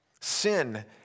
Sin